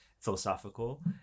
philosophical